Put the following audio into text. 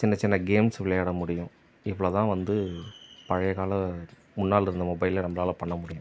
சின்ன சின்ன கேம்ஸ் விளையாட முடியும் இவ்வளோ தான் வந்து பழைய கால முன்னால் இருந்த மொபைலில் நம்மளால பண்ண முடியும்